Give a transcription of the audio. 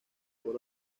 por